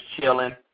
chilling